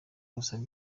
igusaba